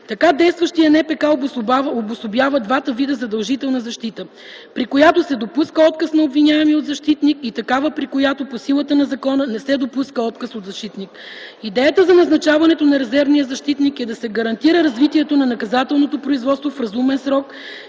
Така действащият НПК обособява двата вида задължителна защита – при която се допуска отказ на обвиняемия от защитник и такава, при която по силата на закона не се допуска отказ от защитник. Идеята за назначаването на резервния защитник е да се гарантира развитието на наказателното производство в разумен срок